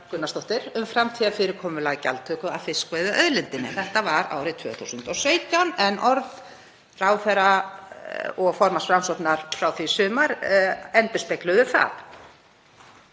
Gunnarsdóttur um framtíðarfyrirkomulag gjaldtöku af fiskveiðiauðlindinni. Þetta var árið 2017 en orð ráðherra og formanns Framsóknar frá því í sumar endurspegluðu það.